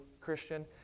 Christian